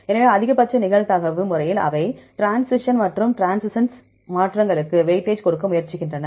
எனவே அதிகபட்ச நிகழ்தகவு முறையில் அவை ட்ரான்சிஷன் மற்றும் ட்ரான்ஸ்வெர்ட்ஸின்ஸ் மாற்றங்களுக்கு வெயிட்டேஜ் கொடுக்க முயற்சிக்கின்றன